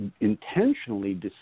intentionally